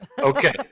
okay